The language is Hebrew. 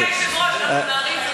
אדוני היושב-ראש, אנחנו מצטערים.